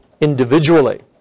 individually